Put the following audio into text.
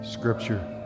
Scripture